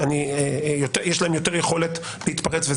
יש להם יותר יכולת להתפרץ,